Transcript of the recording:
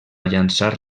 llançar